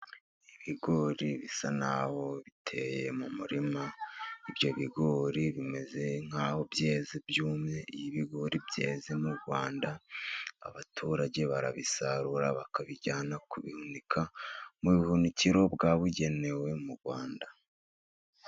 Ibigori bisa n’aho biteye mu murima. Ibyo bigori bimeze nk’aho byeze, byumye. Iyo ibigori byeze mu Rwanda, abaturage barabisarura bakabijyana kubihunika mu buhunikiro bwabugenewe mu Rwanda.